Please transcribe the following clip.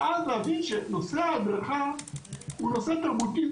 ואז להבין שנושא ההדרכה הוא נושא תרבותי.